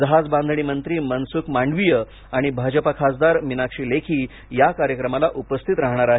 जहाज बांधणी मंत्री मनसुख मांडवीय आणि भाजपा खासदार मीनाक्षी लेखी या कार्यक्रमाला उपस्थित राहणार आहेत